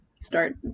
start